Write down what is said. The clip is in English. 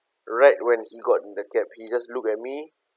right when he got in the cab he just looked at me